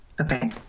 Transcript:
okay